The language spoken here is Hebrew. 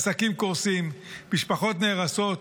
עסקים קורסים, משפחות נהרסות,